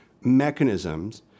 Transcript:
mechanisms